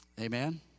Amen